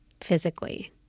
Physically